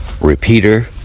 repeater